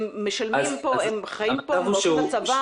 הם משלמים פה, הם חיים פה, הם משרתים בצבא,